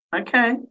Okay